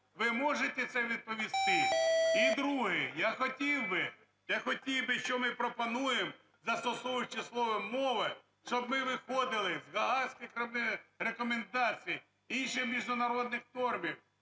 Ви можете це відповісти? І друге. Я хотів би… я хотів би, що ми пропонуємо, застосовуючи слово "мови", щоб ми виходили з гаазьких рекомендацій, інших міжнародних норм,